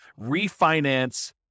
refinance